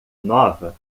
nova